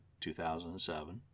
2007